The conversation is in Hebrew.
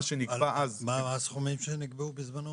מה הסכומים שנקבעו בזמנו?